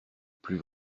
plus